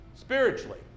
Spiritually